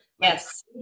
Yes